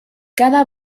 cada